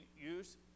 use